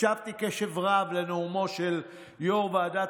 הקשבתי בקשב רב לנאומו של יו"ר ועדת